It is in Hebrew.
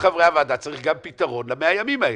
חברי הוועדה צריך גם פתרון ל-100 ימים האלה.